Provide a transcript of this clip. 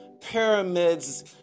pyramids